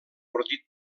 ordit